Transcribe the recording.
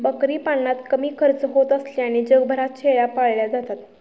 बकरी पालनात कमी खर्च होत असल्याने जगभरात शेळ्या पाळल्या जातात